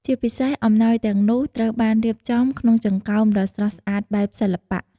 ជាពិសេស អំណោយទាំងនោះត្រូវបានរៀបចំក្នុងចង្កោមដ៏ស្រស់ស្អាតបែបសិល្បៈ។